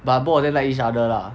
but both of them like each other lah